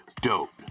dope